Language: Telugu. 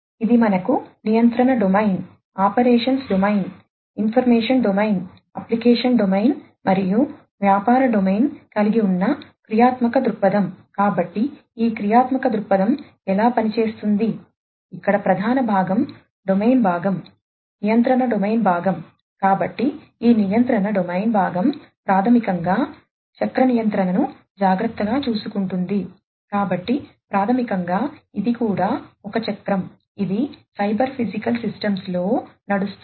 ఇది మనకు నియంత్రణ డొమైన్ నడుస్తుంది